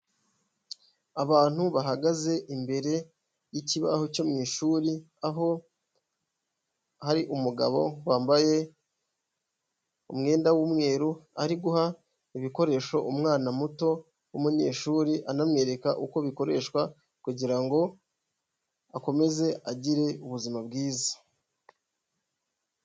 Abantu bahagaze imbere y'ikibaho cyo mu ishuri aho hari umugabo wambaye umwenda w'umweru ari guha ibikoresho umwana muto w'umunyeshuri anamwereka uko bikoreshwa kugirango akomeze agire ubuzima bwiza.